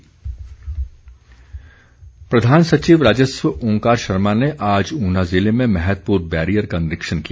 निरीक्षण प्रधान सचिव राजस्व ओंकार शर्मा ने आज ऊना ज़िले में मैहतपुर बैरियर का निरीक्षण किया